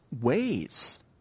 ways